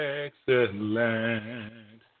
excellent